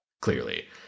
clearly